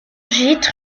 gîtes